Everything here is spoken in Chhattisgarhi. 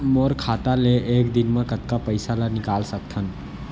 मोर खाता ले एक दिन म कतका पइसा ल निकल सकथन?